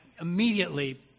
immediately